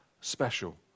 special